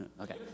Okay